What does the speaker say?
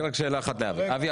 יש לי רק שאלה אחת לאבי: אבי,